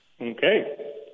Okay